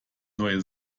neue